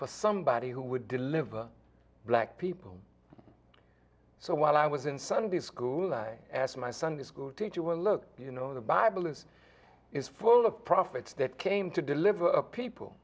for somebody who would deliver black people so while i was in sunday school i asked my sunday school teacher well look you know the bible is is full of prophets that came to deliver people